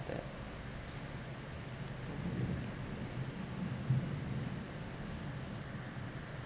that